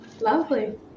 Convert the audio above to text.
Lovely